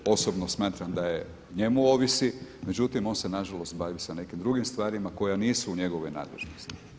Osobno smatram da o njemu ovisi, međutim on se nažalost bavi sa nekim drugim stvarima koje nisu u njegovoj nadležnosti.